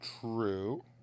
true